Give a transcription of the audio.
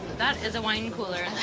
that is a wine cooler.